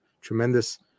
Tremendous